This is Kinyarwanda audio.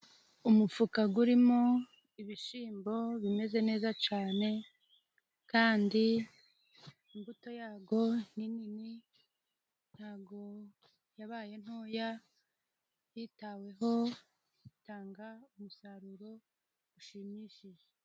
Umufuka gurimo ibishyimbo bimeze neza cane kandi imbuto yago ni nini ntago yabaye ntoya, yitaweho itanga umusaruro ushimishije.